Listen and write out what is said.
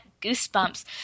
Goosebumps